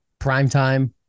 primetime